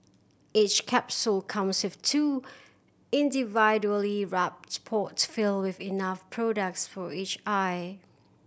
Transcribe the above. each capsule comes with two individually wrapped pods filled with enough products for each eye